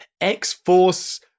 X-Force